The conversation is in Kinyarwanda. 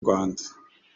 rwanda